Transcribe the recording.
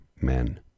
men